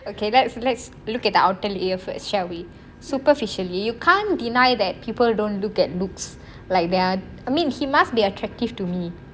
okay let's let's look at the outer layer first shall we superficially you can't deny that people don't look at looks like that I mean he must be attractive to me